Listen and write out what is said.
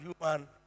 human